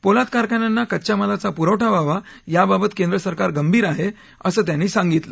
पोलाद कारखान्यांना कच्च्या मालाचा पुरवठा व्हावा याबाबत केंद्र सरकार गंभीर आहे असं त्यांनी सांगितलं